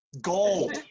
gold